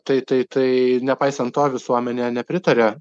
tai tai tai nepaisant to visuomenė nepritaria